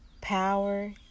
power